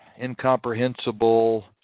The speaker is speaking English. incomprehensible